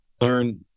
learn